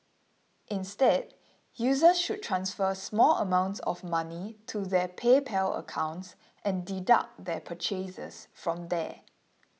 instead users should transfer small amounts of money to their PayPal accounts and deduct their purchases from there